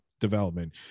development